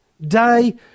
day